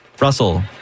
Russell